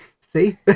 see